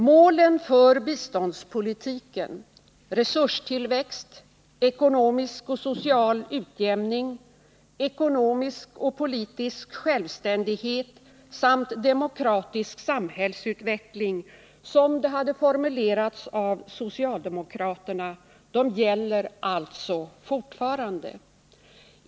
Målen för biståndspolitiken — resurstillväxt, ekonomisk och social utjämning, ekonomisk och politisk självständighet samt demokratisk samhällsutveckling — som de hade formulerats av socialdemokraterna — gäller alltså fortfarande.